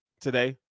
today